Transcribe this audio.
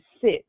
sit